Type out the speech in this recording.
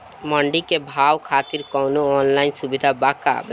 मंडी के भाव खातिर कवनो ऑनलाइन सुविधा बा का बताई?